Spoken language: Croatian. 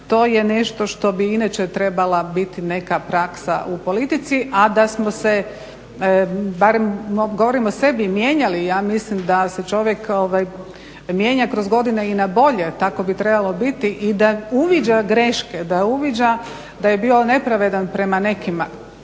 to je nešto što bi inače trebala biti neka praksa u politici a da smo se, barem govorim o sebi mijenjali. Ja mislim da se čovjek mijenja kroz godine i na bolje. Tako bi trebalo biti i da uviđa greške, da uviđa da je bio nepravedan prema nekima,